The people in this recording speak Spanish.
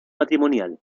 matrimonial